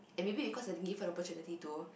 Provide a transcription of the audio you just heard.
and maybe because I didn't give her the opportunity to